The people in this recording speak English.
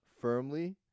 firmly